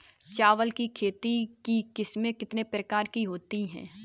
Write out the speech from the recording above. चावल की खेती की किस्में कितने प्रकार की होती हैं?